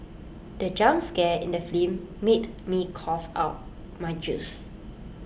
the jump scare in the film made me cough out my juice